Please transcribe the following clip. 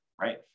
right